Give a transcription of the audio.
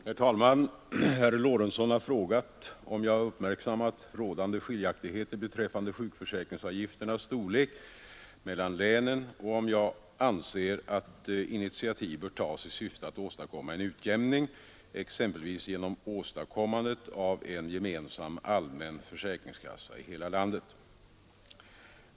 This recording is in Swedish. Herr talman! Herr Lorentzon har frågat om jag uppmärksammat rådande skiljaktigheter beträffande sjukförsäkringsavgifternas storlek mellan länen och om jag anser att initiativ bör tas i syfte att åstadkomma en utjämning, exempelvis genom åstadkommandet av en gemensam allmän försäkringskassa i hela landet.